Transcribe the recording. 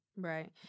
Right